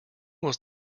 was